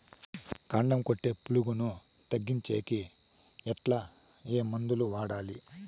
కాండం కొట్టే పులుగు తగ్గించేకి ఎట్లా? ఏ మందులు వాడాలి?